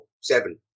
seven